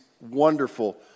wonderful